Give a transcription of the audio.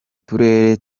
turere